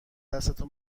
دستتو